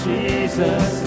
Jesus